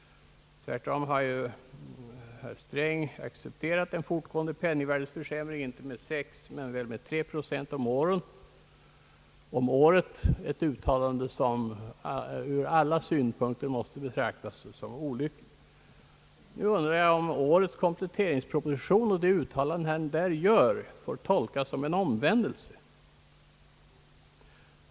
Tvärtom har ju herr Sträng accepterat en fortgående penningvärdeförsämring, inte med 6 men väl med 3 procent om året, ett uttalande som ur alla synpunkter måste betraktas som olyckligt. Får nu årets kompletteringsproposition och uttalandena där tolkas som en omvändelse?